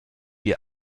wie